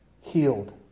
Healed